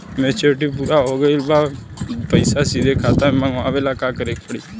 Maturity पूरा हो गइला के बाद पईसा सीधे खाता में मँगवाए ला का करे के पड़ी?